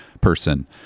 person